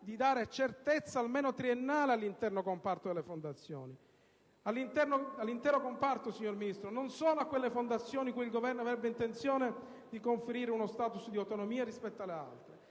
di dare certezza almeno triennale all'intero comparto delle fondazioni, signor Ministro, non solo a quelle fondazioni cui il Governo avrebbe intenzione di conferire uno *status* di autonomia rispetto alle altre.